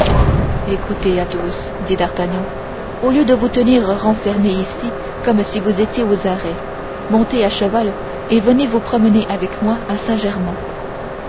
écoutez athos dit d'artagnan au lieu de vous tenir enfermé ici comme si vous étiez aux arrêts montez à cheval et venez vous promener avec moi à